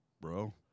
bro